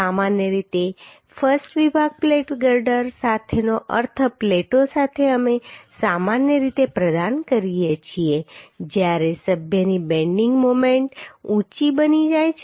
સામાન્ય રીતે I વિભાગ પ્લેટ ગર્ડર સાથેનો અર્થ પ્લેટો સાથે અમે સામાન્ય રીતે પ્રદાન કરીએ છીએ જ્યારે સભ્યની બેન્ડિંગ મોમેન્ટ ઊંચી બની જાય છે